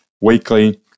weekly